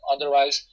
Otherwise